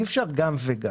אם אי אפשר גם וגם.